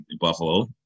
Buffalo